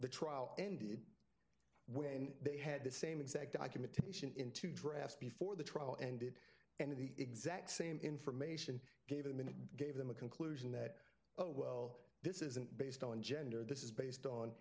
the trial ended when they had the same exact documentation in two dressed before the trial ended and the exact same information gave a minute gave them a conclusion that oh well this isn't based on gender this is based on